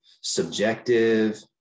subjective